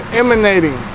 emanating